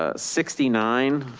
ah sixty nine,